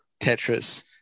Tetris